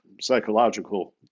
psychological